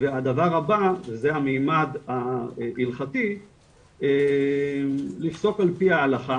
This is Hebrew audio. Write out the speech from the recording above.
והדבר הבא, זה הממד ההלכתי, לפסוק עפ"י ההלכה